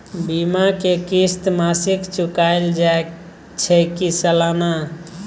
बीमा के किस्त मासिक चुकायल जाए छै की सालाना?